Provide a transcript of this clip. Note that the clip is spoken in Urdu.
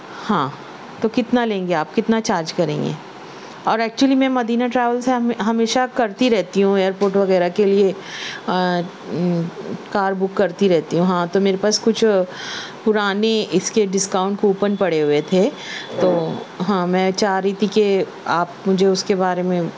ہاں تو کتنا لیں گے آپ کتنا چارج کریں گے اور ایکچولی میں مدینہ ٹریولس سے ہمیشہ کرتی رہتی ہوں ایئرپورٹ وغیرہ کے لئے کار بک کرتی رہتی ہوں ہاں تو میرے پاس کچھ پرانے اس کے ڈسکاؤنٹ کوپن پڑے ہوئے تھے تو ہاں میں چاہ رہی تھی کہ آپ مجھے اس کے بارے میں